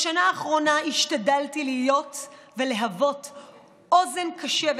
בשנה האחרונה השתדלתי להיות אוזן קשבת